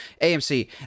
AMC